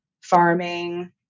farming